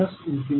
असेल